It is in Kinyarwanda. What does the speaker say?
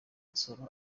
nsoro